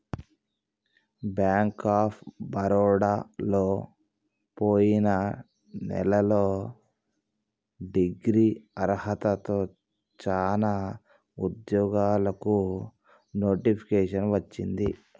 bank of బరోడలో పొయిన నెలలో డిగ్రీ అర్హతతో చానా ఉద్యోగాలకు నోటిఫికేషన్ వచ్చింది